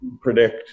predict